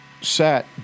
sat